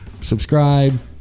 Subscribe